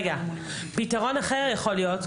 פתרון אחר יכול להיות,